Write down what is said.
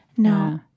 No